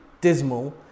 dismal